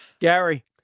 Gary